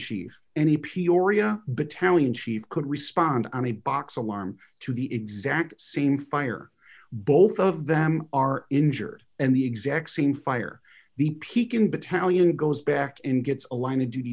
chief any peoria battalion chief could respond on a box alarm to the exact same fire both of them are injured and the exact same fire the pekin battalion goes back and gets a line of duty